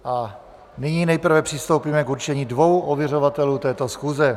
A nyní nejprve přistoupíme k určení dvou ověřovatelů této schůze.